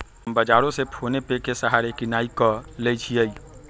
हम बजारो से फोनेपे के सहारे किनाई क लेईछियइ